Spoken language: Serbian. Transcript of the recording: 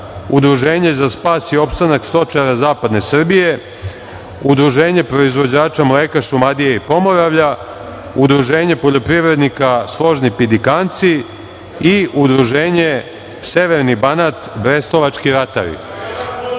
Udruženje za spas i opstanak stočara zapadne Srbije, Udruženje proizvođača mleka Šumadije i Pomoravlja, Udruženje poljoprivrednika „Složni Pidikanci“ i Udruženje „Severni Banat - Brestovački ratari“.